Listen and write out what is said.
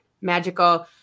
magical